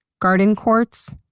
garden quartz,